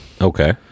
okay